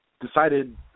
decided